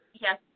Yes